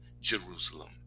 Jerusalem